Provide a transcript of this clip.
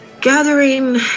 Gathering